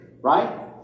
Right